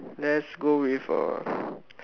let's go with uh